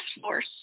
Force